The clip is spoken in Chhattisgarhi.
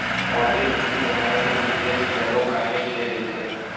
मौद्रिक नीति बनाए के उद्देश्य घलोक काहेच के रहिथे